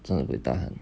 真的 buay tahan